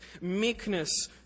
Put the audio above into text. meekness